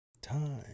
time